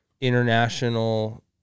international